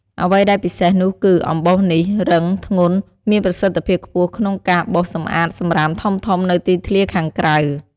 អ្វីដែលពិសេសនោះគឺ អំបោសនេះ រឹង ធ្ងន់ មានប្រសិទ្ធភាពខ្ពស់ក្នុងការបោសសម្អាតសំរាមធំៗនៅទីធ្លាខាងក្រៅ។